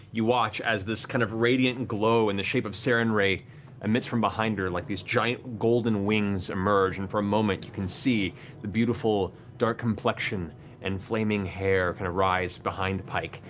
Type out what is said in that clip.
you watch as this kind of radiant and glow in the shape of sarenrae emits from behind her. like these giant golden wings emerge, and for a moment, you can see the beautiful dark complexion and flaming hair kind of rise behind pike.